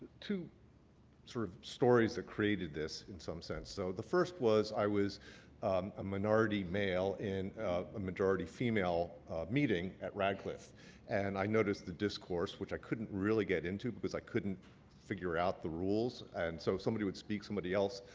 sort of stories that created this, in some sense. so the first was i was a minority male in a majority female meeting at radcliffe and i noticed the discourse, which i couldn't really get into but because i couldn't figure out the rules. and so somebody would speak. somebody else,